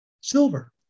silver